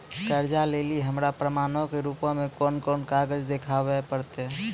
कर्जा लै लेली हमरा प्रमाणो के रूपो मे कोन कोन कागज देखाबै पड़तै?